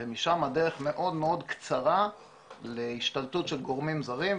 ומשם הדרך מאוד מאוד קצרה להשתלטות של גורמים זרים.